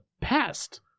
past